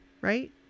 Right